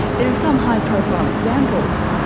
there are some high profile examples.